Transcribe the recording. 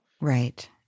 Right